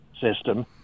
system